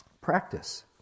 practice